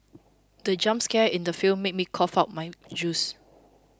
the jump scare in the film made me cough out my juice